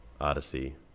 Odyssey